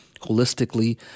holistically